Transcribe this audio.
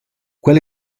quel